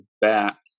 back